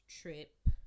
trip